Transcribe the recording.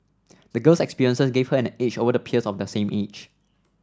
the girl's experiences gave her an edge over her peers of the same age